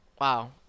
Wow